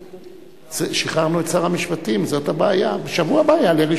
הנושא לוועדת הכלכלה נתקבלה.